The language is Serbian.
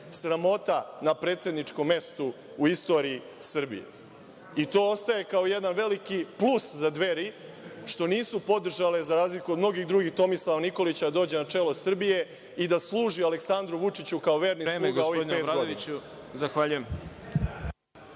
sramota na predsedničkom mestu u istoriji Srbije. I to ostaje kao jedan veliki plus za Dveri, što nisu podržale, za razliku od mnogih drugih, Tomislava Nikolića da dođe na čelo Srbije i da služi Aleksandru Vučiću, kao verni sluga ovih pet godina.